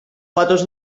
patos